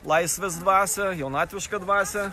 laisvės dvasią jaunatvišką dvasią